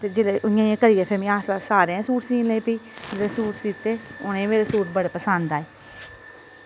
फिर जिल्लै उयां उयां करियै फिर में आस्ता सारें दे सूट सीह्न लग्गी पेई जेह्दे सूट सीह्ते उनें मेरे सूट बड़े पसंद आये